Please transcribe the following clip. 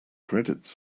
credits